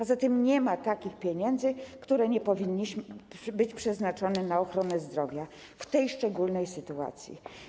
Poza tym nie ma takich pieniędzy, które nie powinny być przeznaczone na ochronę zdrowia w tej szczególnej sytuacji.